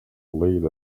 late